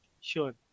Sure